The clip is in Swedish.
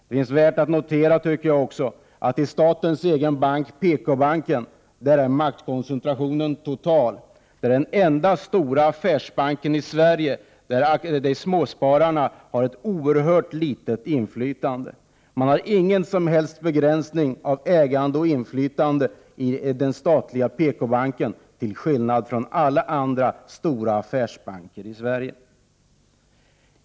Det är värt att notera att i statens egen bank, PKbanken, är maktkoncentrationen total. PKbanken är den enda stora affärsbanken i Sverige där småspararna har ett oerhört litet inflytande. Man har ingen som helst begränsning av ägande och inflytande i den statliga PKbanken, till skillnad från alla andra stora affärsbanker i Sverige.